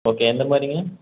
okay எந்த மாதிரிங்க